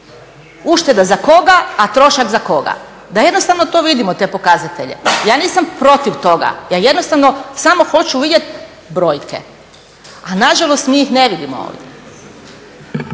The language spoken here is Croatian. Ušteda za koga, a trošak za koga? Da jednostavno to vidimo te pokazatelje. Ja nisam protiv toga. Ja jednostavno samo hoću vidjet brojke, a na žalost mi ih ne vidimo ovdje.